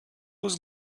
was